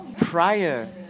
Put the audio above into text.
prior